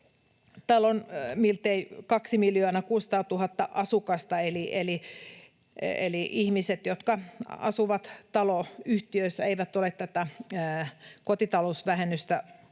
miltei 2 600 000 asukasta. Eli ihmiset, jotka asuvat taloyhtiöissä, eivät ole tätä kotitalousvähennystä saaneet,